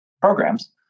programs